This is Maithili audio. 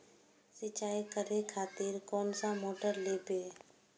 सीचाई करें खातिर कोन सा मोटर लेबे?